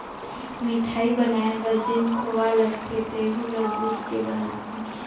मिठाई बनाये बर जेन खोवा लगथे तेहु ल दूद के बनाथे